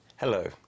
Hello